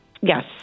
Yes